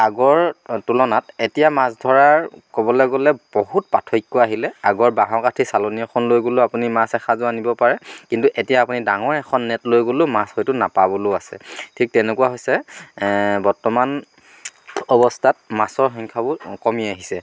আগৰ তুলনাত এতিয়া মাছ ধৰাৰ ক'বলৈ গ'লে বহুত পাৰ্থক্য আহিলে আগৰ বাঁহৰ কাঠি চালনী এখন লৈ গ'লেও আপুনি মাছ এসাঁজো আনিব পাৰে কিন্তু এতিয়া আপুনি ডাঙৰ এখন নেট লৈ গ'লেও মাছ হয়তো নেপাবলৈও আছে ঠিক তেনেকুৱা হৈছে বৰ্তমান অৱস্থাত মাছৰ সংখ্য়াবোৰ কমি আহিছে